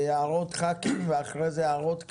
הערות חכ"ים ואחרי זה הערות כלליות,